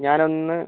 ഞാനൊന്ന്